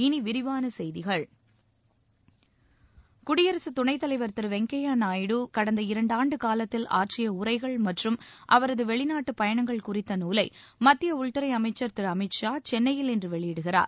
இனி விரிவான செய்திகள் குடியரசு துணைத் தலைவர் திரு வெங்கய்ய நாயுடு கடந்த இரண்டாண்டு காலத்தில் ஆற்றிய உரைகள் மற்றும் அவரது வெளிநாட்டுப் பயணங்கள் குறித்த நூலை மத்திய உள்துறை அமைச்சர் திரு அமித் ஷா சென்னையில் இன்று வெளியிடுகிறார்